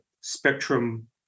spectrum